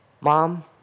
Mom